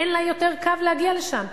אין לה יותר קו להגיע לשם.